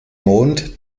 mond